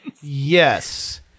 Yes